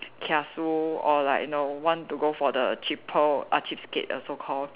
kiasu or like you know want to go for the cheapo uh cheapskate err so called